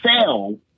sell